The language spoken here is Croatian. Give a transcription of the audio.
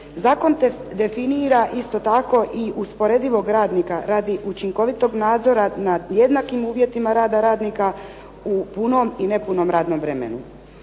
Zakon definira isto tako i usporedivog radnika radi učinkovitog nadzora nad jednakim uvjetima rada radnika u punom i nepunom radnom vremenu.